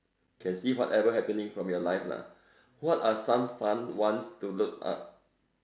can see whatever happening from your life lah what are some fun ones to look up